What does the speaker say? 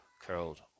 curled